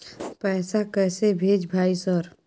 पैसा कैसे भेज भाई सर?